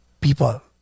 people